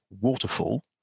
waterfall